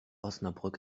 osnabrück